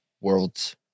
world's